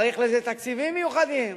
צריך לזה תקציבים מיוחדים.